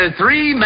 three